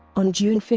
on june five,